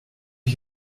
wir